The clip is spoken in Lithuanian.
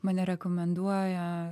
mane rekomenduoja